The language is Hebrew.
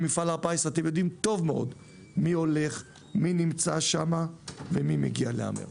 אתם יודעים טוב מאוד במפעל הפיס מי נמצא שם ומי מגיע להמר.